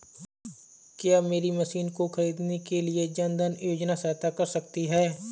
क्या मेरी मशीन को ख़रीदने के लिए जन धन योजना सहायता कर सकती है?